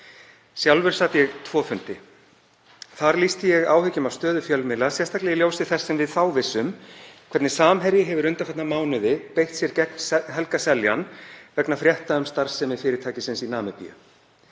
Sjálfur sat ég tvo fundi. Þar lýsti ég áhyggjum af stöðu fjölmiðla, sérstaklega í ljósi þess sem við þá vissum, hvernig Samherji hefur undanfarna mánuði beitt sér gegn Helga Seljan vegna frétta um starfsemi fyrirtækisins í Namibíu.